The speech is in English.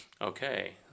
okay